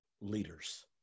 leaders